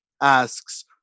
asks